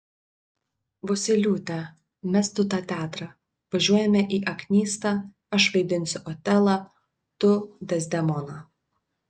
vosyliūte mesk tu tą teatrą važiuojame į aknystą aš vaidinsiu otelą tu dezdemoną